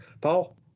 Paul